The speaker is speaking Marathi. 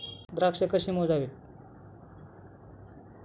द्राक्षे कशी मोजावीत?